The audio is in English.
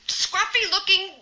scruffy-looking